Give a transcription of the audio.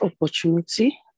opportunity